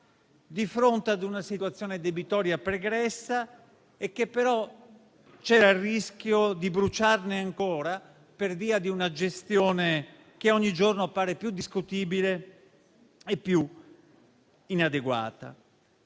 di fronte a una situazione debitoria pregressa e però c'era il rischio di bruciarne ancora, per via di una gestione che ogni giorno appare più discutibile e inadeguata.